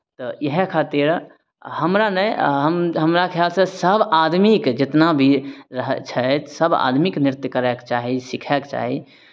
तऽ इएह खातिर लेल हमरा नहि हम हमरा ख्यालसँ सभ आदमीकेँ जितना भी रहै छथि सभ आदमीकेँ नृत्य करयके चाही सिखयके चाही